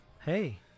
hey